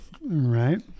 Right